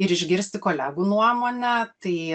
ir išgirsti kolegų nuomonę tai